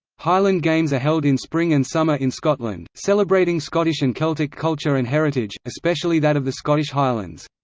highland games are held in spring and summer in scotland, celebrating scottish and celtic culture and heritage, especially that of the scottish highlands.